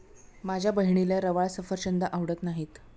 माझ्या बहिणीला रवाळ सफरचंद आवडत नाहीत